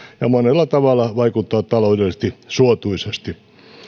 ja monella tavalla vaikuttaa taloudellisesti suotuisasti